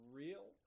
real